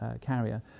carrier